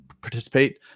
participate